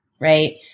right